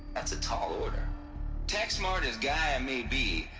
that's a tall order tack-smart as gaia may be.